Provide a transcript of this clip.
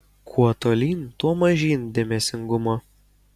kuo tolyn tuo mažyn dėmesingumo